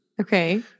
Okay